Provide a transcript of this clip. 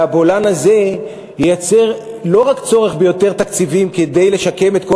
והבולען הזה מייצר לא רק צורך ביותר תקציבים כדי לשקם את כל